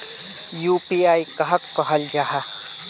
UPI कहाक कहाल जाहा जाहा?